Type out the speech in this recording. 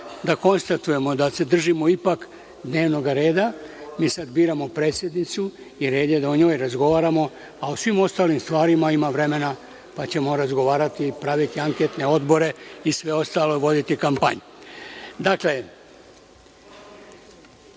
da konstatujemo da se držimo ipak dnevnog reda. Mi sada biramo predsednicu i red je da o njoj razgovaramo, a o svim ostalim stvarima ima vremena, pa ćemo razgovarati, praviti anketne odbore i sve ostalo, voditi kampanje.(Milan